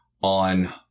on